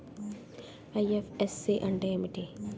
IFSC అంటే ఏమిటి?